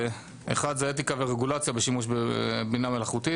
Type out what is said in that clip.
אחד, אתיקה ורגולציה בשימוש בבינה מלאכותית.